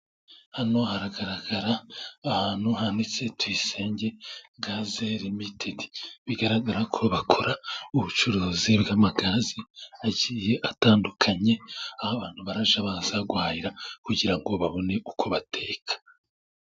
Hano haragaragara ahantu handitse tuyisenge gaze rimitedi, bigaragara ko bakora ubucuruzi bw'amagazi agiye atandukanye, aho abantu barajya baza guhahira kugira ngo babone uko bateka.